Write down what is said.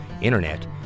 Internet